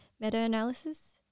meta-analysis